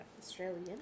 Australian